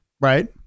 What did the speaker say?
Right